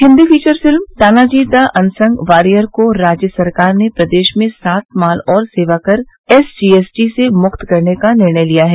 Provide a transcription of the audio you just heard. Hindi feature film Tanaji the unsung warrior को राज्य सरकार ने प्रदेश में राज्य माल और सेवाकर एसजीएसटी से मुक्त करने का निर्णय लिया है